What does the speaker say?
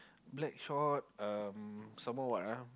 Blackshot um some more what ah